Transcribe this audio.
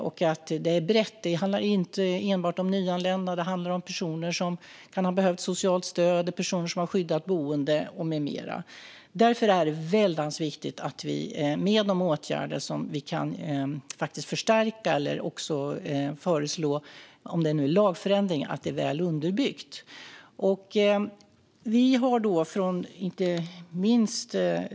Och det är brett - det handlar inte enbart om nyanlända utan även om personer som kan ha behövt socialt stöd, personer som har skyddat boende med mera. Därför är det väldans viktigt att de åtgärder som vi kan förstärka eller föreslå, om det är lagförändringar, är väl underbyggda.